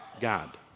God